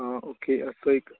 आं ऑके असो एक